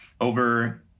over